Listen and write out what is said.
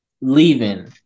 leaving